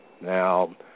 now